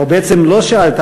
או בעצם לא שאלת,